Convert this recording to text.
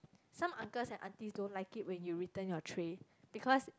some uncles and aunties don't like it when you return your tray because